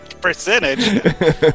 percentage